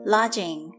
Lodging